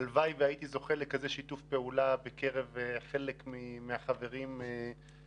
הלוואי והייתי זוכה לכזה שיתוף פעולה בקרב חלק מהחברים בקואליציה.